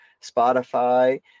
Spotify